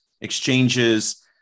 exchanges